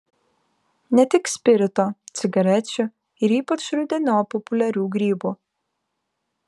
ne tik spirito cigarečių ir ypač rudeniop populiarių grybų